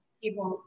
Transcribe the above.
people